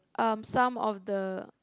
um some of the